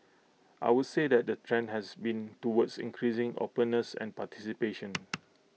I would say that the trend has been towards increasing openness and participation